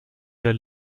der